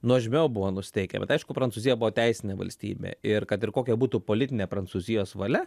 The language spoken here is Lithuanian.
nuožmiau buvo nusiteikę bet aišku prancūzija buvo teisinė valstybė ir kad ir kokia būtų politinė prancūzijos valia